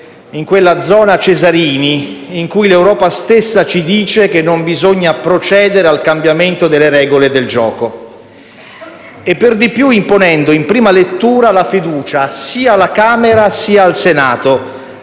in quella zona Cesarini in cui l'Europa stessa ci dice che non bisogna procedere al cambiamento delle regole del gioco, e per di più imponendo in prima lettura la fiducia sia alla Camera sia al Senato,